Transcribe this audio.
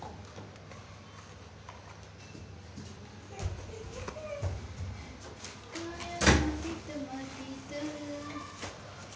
माझ्या जमिनीमधील बुरशीचे प्रमाण कमी होण्यासाठी काय करावे लागेल?